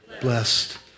blessed